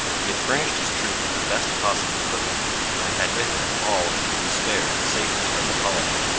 he had furnished his troops with the best possible equipment and had with him all who could be spared safely from the colony.